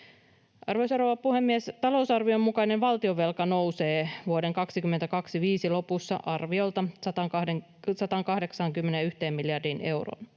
Arvoisa rouva puhemies! Talousarvion mukainen valtionvelka nousee vuoden 2025 lopussa arviolta 181 miljardiin euroon.